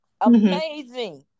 amazing